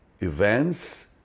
events